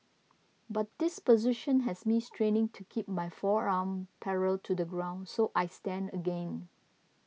but this position has me straining to keep my forearm parallel to the ground so I stand again